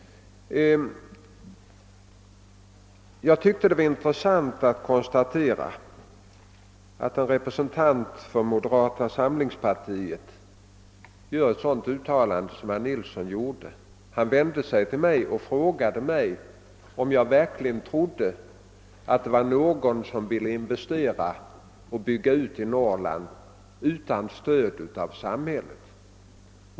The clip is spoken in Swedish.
Jag tycker det var intressant att konstatera att en representant för moderata samlingspartiet vänder sig till mig och frågar, om jag verkligen tror att någon vill investera i Norrland utan stöd av samhället.